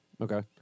Okay